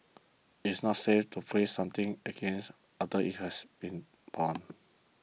it is not safe to freeze something again after it has been thawed